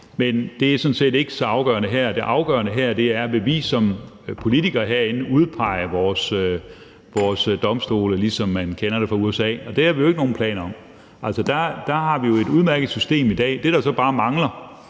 Men det er sådan set ikke så afgørende her. Det afgørende her er, om vi som politikere herinde vil udpege vores dommere, ligesom vi kender det fra USA, og det har vi jo ikke nogen planer om. Der har vi et udmærket system i dag. Det, der så bare er